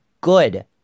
good